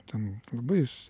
ten labai jis